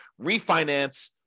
refinance